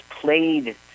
played